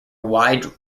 wide